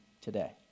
today